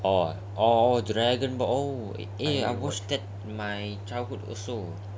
orh oh oh dragon ball ah eh I watched that in my childhood also